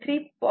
29 11